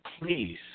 Please